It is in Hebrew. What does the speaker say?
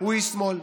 הוא איש שמאל,